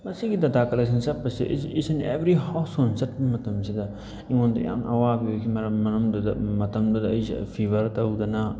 ꯃꯁꯤꯒꯤ data collection ꯆꯠꯄꯁꯦ each and every household ꯆꯠꯄ ꯃꯇꯝꯁꯤꯗ ꯑꯩꯉꯣꯟꯗ ꯌꯥꯝꯅ ꯑꯋꯥꯕ ꯑꯣꯏꯈꯤ ꯃꯔꯝꯗꯨꯗ ꯃꯇꯝꯗꯨꯗ ꯑꯩꯁꯦ ꯐꯤꯕꯔ ꯇꯧꯗꯅ